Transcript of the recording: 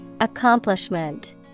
Accomplishment